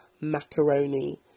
macaroni